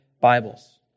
Bibles